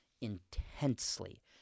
intensely